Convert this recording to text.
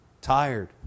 tired